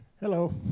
hello